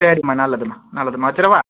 சரிம்மா நல்லதும்மா நல்லதும்மா வச்சுடவா